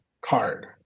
card